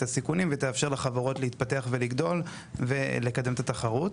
הסיכונים ותאפשר לחברות להתפתח ולגדול ולקדם את התחרות.